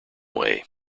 way